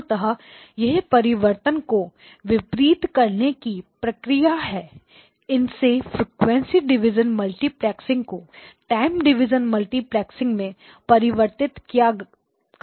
मूलत यह परिवर्तन को वितरित करने की प्रक्रिया है इसनेफ्रीक्वेंसी डिवीज़न मल्टीप्लेक्सिंग को टाइम डिवीज़न मल्टीप्लेक्सिंग में परिवर्तित कर दिया है